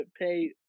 pay